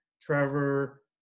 Trevor